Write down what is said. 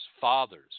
fathers